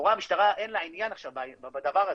לכאורה למשטרה אין עניין בדבר הזה,